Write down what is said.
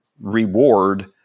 reward